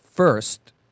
First